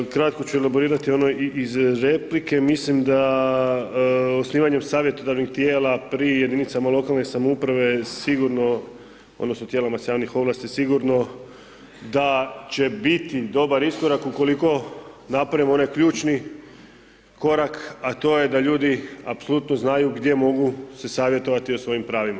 Kratko ću elaborirati ono iz replike, mislim da osnivanjem savjetodavnih tijela pri jedinicama lokalne samouprave sigurno odnosno tijelima samih ovlasti, sigurno da će biti dobar iskorak ukoliko napravimo onaj ključni korak a to je da ljudi apsolutno znaju gdje mogu se savjetovati o svojim pravima.